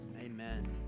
Amen